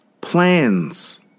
plans